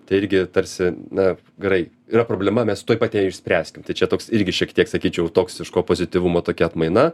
tai irgi tarsi na gerai yra problema mes tuoj pat ją išspręskim tai čia toks irgi šiek tiek sakyčiau toksiško pozityvumo tokia atmaina